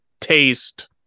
taste